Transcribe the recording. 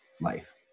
life